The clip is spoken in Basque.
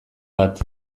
bat